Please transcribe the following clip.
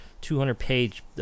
200-page